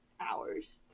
hours